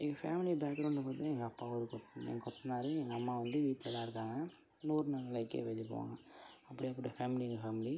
எங்கள் ஃபேமிலி பேக்ரௌண்டை பார்த்தீங்னா எங்கள் அப்பா ஒரு கொத்த கொத்தனார் எங்கள் அம்மா வந்து வீட்டில் தான் இருக்காங்க நூறு நாள் வேலைக்கு எப்போயாச்சும் போவாங்க அப்படியாப்பட்ட ஃபேமிலி எங்கள் ஃபேமிலி